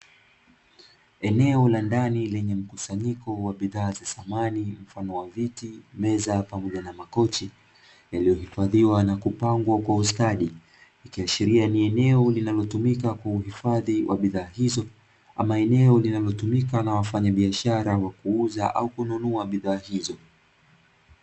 Eneo la ndani lenye mkusanyiko wa bidhaa za samani mfano wa viti, meza pamoja na makochi, yaliyohifadhiwa na kupangwa kwa ustadi, ikiashiria ni eneo linalotumika kwa kuhifadhi wa bidhaa hizo, ama eneo linalotumika na wafanyabiashara wa kuuza au kununua bidhaa hizo.